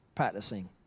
Practicing